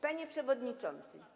Panie Przewodniczący!